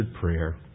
prayer